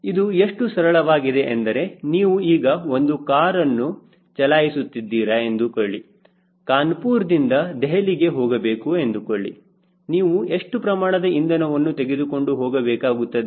ಇದು ಎಷ್ಟು ಸರಳವಾಗಿದೆ ಎಂದರೆ ನೀವು ಈಗ ಒಂದು ಕಾರ್ಅನ್ನು ಚಲಾಯಿಸುತ್ತಿದ್ದೀರಾ ಎಂದುಕೊಳ್ಳಿ ಕಾನಪುರ್ ದಿಂದ ದೆಹಲಿಗೆ ಹೋಗಬೇಕು ಎಂದುಕೊಳ್ಳಿ ನೀವು ಎಷ್ಟು ಪ್ರಮಾಣದ ಇಂಧನವನ್ನು ತೆಗೆದುಕೊಂಡು ಹೋಗಬೇಕಾಗುತ್ತದೆ